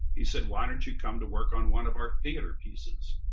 he said, why don't you come to work on one of our theater pieces?